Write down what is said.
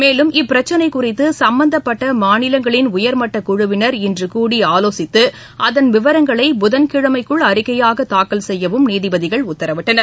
மேலும் இப்பிரச்சினை குறித்து சும்மந்தப்பட்ட மாநிலங்களின் உயர்மட்ட குழுவினர் இன்று கூடி ஆலோசித்து அதன் விவரங்களை புதன்கிழமைக்குள் அறிக்கையாக தாக்கல் செய்யவும் நீதிபதிகள் உத்தரவிட்டனர்